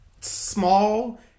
small